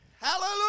Hallelujah